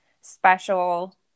special